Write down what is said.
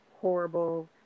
horrible